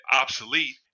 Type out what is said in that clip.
obsolete